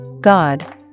God